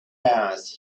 hours